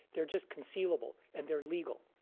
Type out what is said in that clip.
they're just concealable, and they're legal.